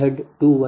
5 0